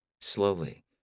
Slowly